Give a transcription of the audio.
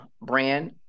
brand